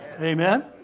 Amen